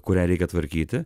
kurią reikia tvarkyti